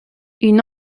une